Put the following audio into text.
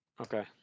okay